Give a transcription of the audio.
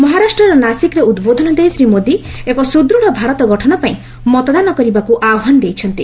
ମହାରାଷ୍ଟ୍ରର ନାସିକ୍ରେ ଉଦ୍ବୋଧନ ଦେଇ ଶ୍ରୀ ମୋଦି ଏକ ସୁଦୃଢ଼ ଭାରତ ଗଠନପାଇଁ ମତଦାନ କରିବାକୁ ଆହ୍ୱାନ ଦେଇଛନ୍ତି